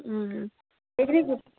এইখিনি